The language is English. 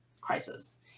crisis